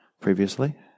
previously